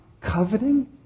coveting